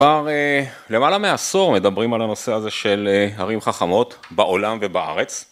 כבר למעלה מעשור מדברים על הנושא הזה של ערים חכמות בעולם ובארץ.